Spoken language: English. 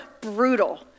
brutal